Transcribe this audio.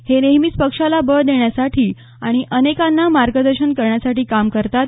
हे नेहमीच पक्षाला बळ देण्यासाठी आणि अनेकांना मार्गदर्शन करण्यासाठी काम करतात